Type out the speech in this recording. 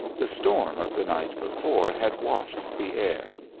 the storm of the night before had washed the air.